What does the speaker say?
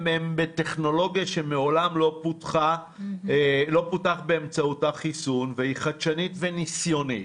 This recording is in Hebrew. הם בטכנולוגיה שמעולם לא פותחה באמצעות החיסון והיא חדשנית וניסיונית.